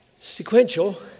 Sequential